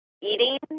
eating